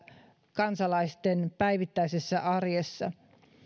kansalaisten päivittäisessä arjessa